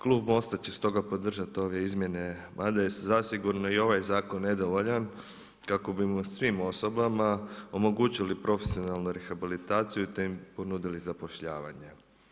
Klub MOST-a će stoga podržati ove izmjene mada je zasigurno i ovaj zakon nedovoljan kako bi svim osobama omogućili profesionalnu rehabilitaciju te im ponudili zapošljavanje.